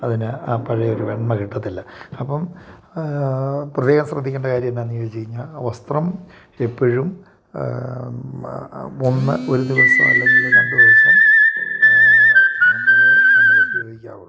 അതിന് ആ പഴയ ഒരു വെണ്മ കിട്ടത്തില്ല അപ്പം പ്രത്യേകം ശ്രദ്ധിക്കേണ്ട കാര്യമെന്താണെന്ന് ചോദിച്ചു കഴിഞ്ഞാൽ വസ്ത്രം എപ്പോഴും ഒന്ന് ഒരു ദിവസം അല്ലെങ്കിൽ രണ്ടു ദിവസം മാത്രമേ നമ്മൾ ഉപയോഗിക്കാറുള്ളു